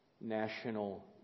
national